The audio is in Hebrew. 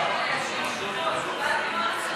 אדוני היושב-ראש,